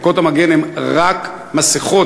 ערכות המגן הן רק מסכות.